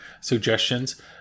suggestions